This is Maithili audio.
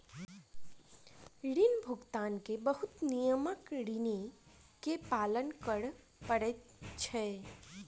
ऋण भुगतान के बहुत नियमक ऋणी के पालन कर पड़ैत छै